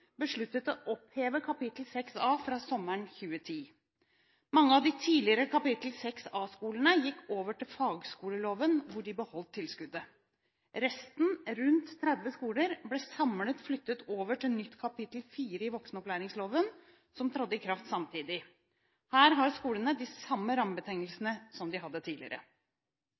besluttet å oppheve kapittel 6A fra sommeren 2010. Mange av de tidligere kapittel 6A-skolene gikk over til fagskoleloven, hvor de beholdt tilskuddet. Resten – rundt 30 skoler – ble samlet flyttet over til nytt kapittel 4 i voksenopplæringsloven, som trådte i kraft samtidig. Her har skolene de samme rammebetingelsene som de hadde tidligere.